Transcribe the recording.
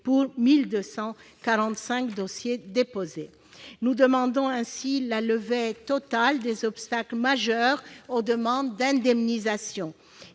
pour 1 245 dossiers déposés. Nous demandons, ainsi, la levée totale des obstacles majeurs aux demandes d'indemnisation.